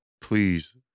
Please